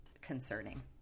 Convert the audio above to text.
concerning